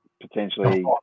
potentially